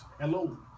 Hello